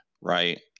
right